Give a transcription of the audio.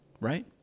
right